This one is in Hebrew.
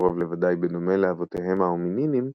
קרוב לוודאי בדומה לאבותיהם ההומינינים,